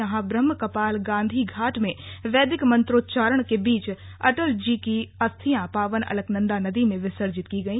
यहां ब्रह्म कपाल गांधी घाट में वैदिक मंत्रोच्चारण के बीच अटल जी की अस्थियां पावन अलकनंदा नदी में विसर्जित की गई